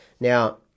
Now